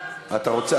אתה רוצה?